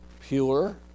pure